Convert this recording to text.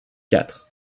quatre